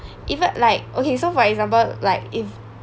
even like okay so for example like if